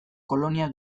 kolonia